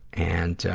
and,